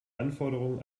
anforderungen